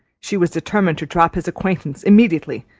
she was determined to drop his acquaintance immediately,